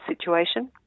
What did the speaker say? situation